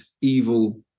evil